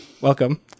Welcome